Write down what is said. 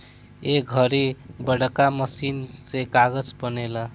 ए घड़ी बड़का मशीन से कागज़ बनेला